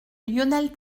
lionel